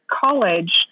college